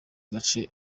gace